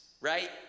right